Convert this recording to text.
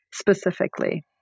specifically